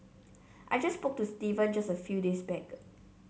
I just spoke to Steven just a few days back